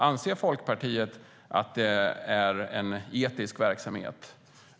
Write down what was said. Anser Folkpartiet att det är en etisk verksamhet?